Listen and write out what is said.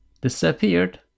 disappeared